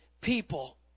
people